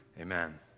Amen